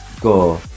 go